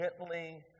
gently